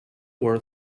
were